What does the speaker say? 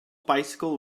bicycle